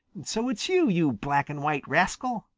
so it's you, you black and white rascal!